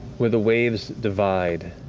where the waves divide,